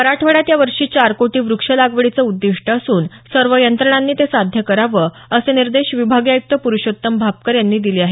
मराठवाड्यात यावर्षी चार कोटी व्रक्ष लागवडीचं उद्दीष्ट असून सर्व यंत्रणांनी ते साध्य करावं असे निर्देश विभागीय आयुक्त पुरुषोत्तम भापकर यांनी दिले आहेत